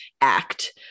act